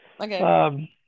Okay